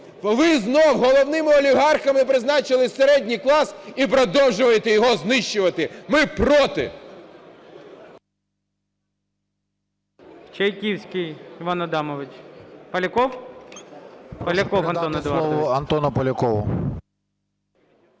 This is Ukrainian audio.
Ви знову головними олігархами призначили середній клас і продовжуєте його знищувати. Ми – проти.